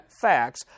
facts